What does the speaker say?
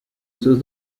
esos